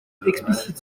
explicite